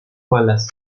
malas